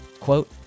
Quote